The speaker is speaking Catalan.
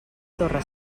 torre